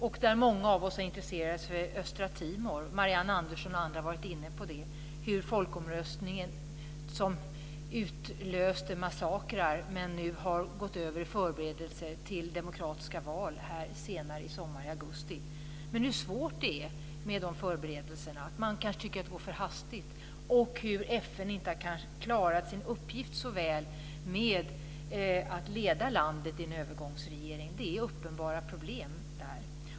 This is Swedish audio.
Det som många av oss är intresserade av är Östra Timor. Marianne Andersson och andra har varit inne på hur folkomröstningen, som utlöste massakrer men som nu har gått över i förberedelser till demokratiska val senare i sommar, i augusti. Vi ser hur svåra de här förberedelserna är. Man tycker kanske att det går för hastigt. FN har kanske inte klarat sin uppgift att leda landet i en övergångsregering så väl. Det finns uppenbara problem.